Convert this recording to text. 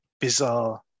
bizarre